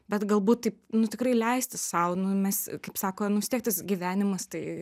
bet galbūt taip nu tikrai leisti sau nu mes kaip sako nu vis tiek tas gyvenimas tai